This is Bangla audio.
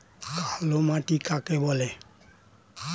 কালোমাটি কাকে বলে?